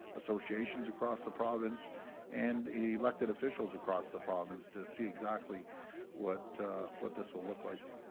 associations across the province and elected officials across the province to see exactly what what this will look like.